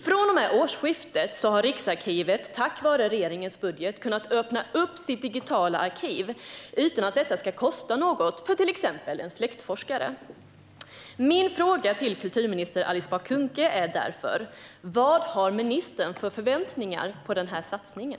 Från och med årsskiftet har Riksarkivet tack vare regeringens budget kunnat öppna sitt digitala arkiv utan att detta ska kosta något för till exempel en släktforskare. Min fråga till kulturminister Alice Bah Kuhnke är därför: Vad har ministern för förväntningar på den satsningen?